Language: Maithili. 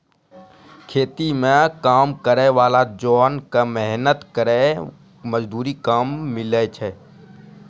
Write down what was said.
खेती म काम करै वाला जोन क मेहनत केरो मजदूरी कम मिलै छै